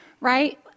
right